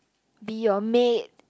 be your maid